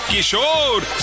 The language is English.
Kishore